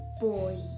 boy